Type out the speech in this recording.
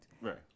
right